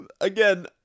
again